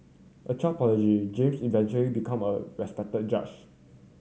a child James eventually become a respected judge